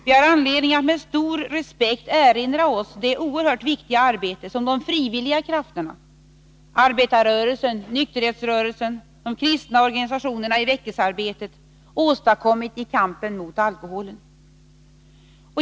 Vi har anledning att med stor respekt erinra oss det oerhört viktiga arbete som de frivilliga krafterna — arbetarrörelsen, nykterhetsrörelsen och de kristna organisationerna i väckelsearbetet — åstadkommit i kampen mot alkoholen.